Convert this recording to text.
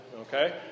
Okay